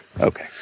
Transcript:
Okay